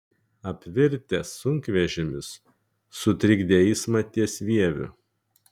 apvirtęs sunkvežimis sutrikdė eismą ties vieviu